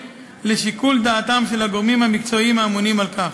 לשיקול דעתם של הגורמים המקצועיים האמונים על כך.